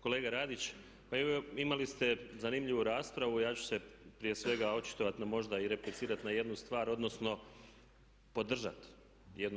Kolega Radić, pa imali ste zanimljivu raspravu, ja ću se prije svega očitovati na možda i replicirati na jednu stvar, odnosno podržati